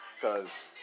Cause